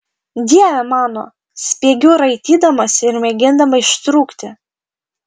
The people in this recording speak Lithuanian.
dieve mano spiegiu raitydamasi ir mėgindama ištrūkti